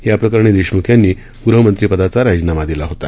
याप्रकरणी देशमुख यांनी ग़हमंत्रीपदाचा राजीनामा दिला होता